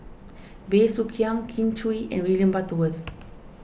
Bey Soo Khiang Kin Chui and William Butterworth